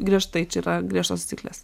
griežtai čia yra griežtos taisyklės